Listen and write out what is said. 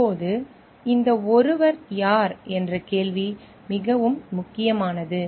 இப்போது இந்த ஒருவர் யார் என்ற கேள்வி மிகவும் முக்கியமானது